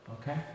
Okay